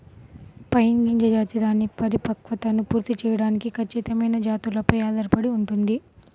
pine గింజ జాతి దాని పరిపక్వతను పూర్తి చేయడానికి ఖచ్చితమైన జాతులపై ఆధారపడి ఉంటుంది